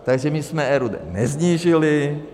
Takže my jsme RUD nesnížili.